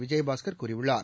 விஜயபாஸ்கர் கூறியுள்ளார்